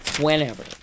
whenever